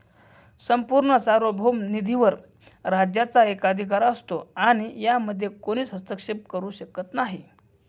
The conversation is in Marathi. संपूर्ण सार्वभौम निधीवर राज्याचा एकाधिकार असतो आणि यामध्ये कोणीच हस्तक्षेप करू शकत नाही